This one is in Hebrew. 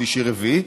שלישי ורביעי,